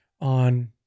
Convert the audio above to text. on